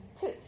Two